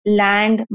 land